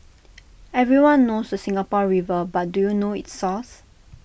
everyone knows the Singapore river but do you know its source